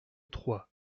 trois